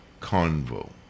convo